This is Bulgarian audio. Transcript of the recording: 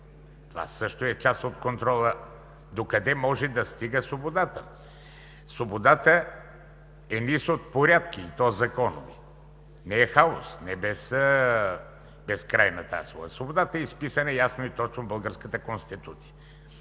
Това също е част от контрола докъде може да стига свободата. Свободата е низ от порядки, и то законови. Не е хаос, не е безкрайна тази свобода. Свободата е изписана ясно и точно в българската Конституция.